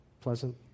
Pleasant